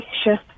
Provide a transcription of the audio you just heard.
sure